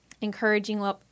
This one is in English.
encouraging